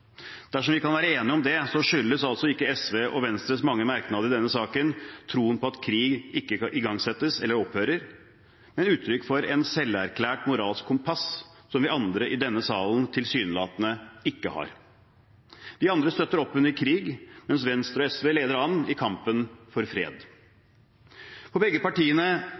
Dersom vi kan være enige om det, skyldes altså ikke SV og Venstres mange merknader i denne saken troen på at krig ikke igangsettes eller opphører, men er uttrykk for et selverklært moralsk kompass som vi andre i denne salen tilsynelatende ikke har. Vi andre støtter opp under krig, mens Venstre og SV leder an i kampen for fred. For begge partiene